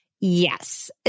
Yes